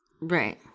Right